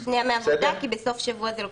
שני ימי עבודה, כי בסוף שבוע זה לוקח קצת יותר.